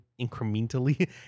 incrementally